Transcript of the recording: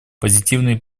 позитивные